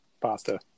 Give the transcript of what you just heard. Pasta